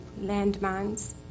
landmines